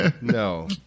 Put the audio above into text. No